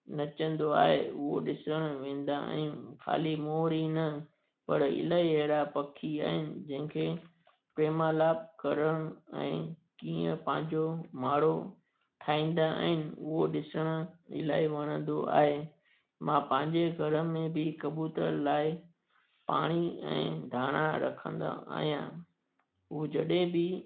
नचंदो आहे उहो ॾिसण वेंदा आहियूं ख़ाली मोर ई न पर इलाही अहिड़ा पखी आहिनि जंहिंखे प्रेम आलप करण ऐं कीअं पंहिंजो माणो ठाहींदा आहिनि उहो ॾिसण इलाही वणंदो आहे मां पंहिंजे घर में बि कबूतर लाइ पाणी ऐं धाणा रखंदा आहियां हूं जॾहिं बि